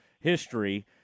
history